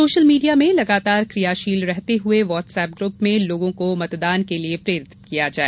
social media में लगातार कियाशील रहते हए वॉट्सअप ग्रूप में लोगों को मतदान के लिये प्रेरित करें